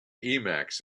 emacs